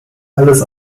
alles